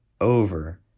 over